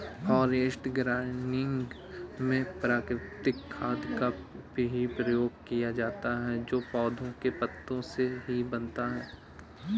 forest gardening में प्राकृतिक खाद का ही प्रयोग किया जाता है जो पौधों के पत्तों से ही बना होता है